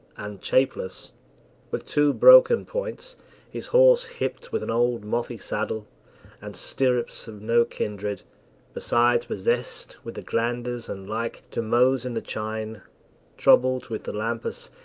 and chapeless with two broken points his horse hipped with an old mothy saddle and stirrups of no kindred besides, possessed with the glanders and like to mose in the chine troubled with the lampass,